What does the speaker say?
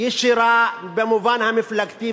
ישירה במובן המפלגתי,